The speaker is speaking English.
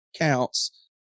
counts